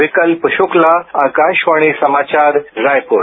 विकल्प शुक्ला आकाशवाणी समाचार रायपुर